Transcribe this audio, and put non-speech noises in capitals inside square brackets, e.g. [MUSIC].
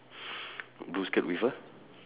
[BREATH] blue skirt with a